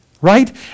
Right